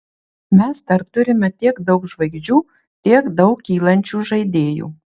mes dar turime tiek daug žvaigždžių tiek daug kylančių žaidėjų